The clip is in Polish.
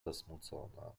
zasmucona